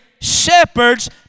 shepherds